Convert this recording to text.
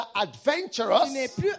adventurous